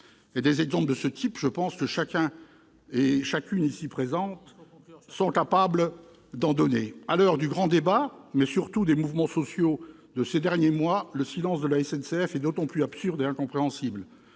! Des exemples de ce type, chacune et chacun de mes collègues ici présents en a un en tête. À l'heure du grand débat, mais surtout des mouvements sociaux de ces derniers mois, le silence de la SNCF est d'autant plus absurde et incompréhensible.